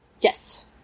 Yes